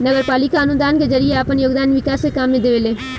नगरपालिका अनुदान के जरिए आपन योगदान विकास के काम में देवेले